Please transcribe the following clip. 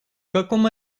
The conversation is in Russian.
каком